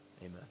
Amen